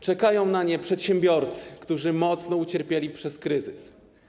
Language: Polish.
Czekają na nie przedsiębiorcy, którzy mocno ucierpieli przez kryzys.